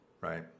Right